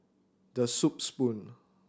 The Soup Spoon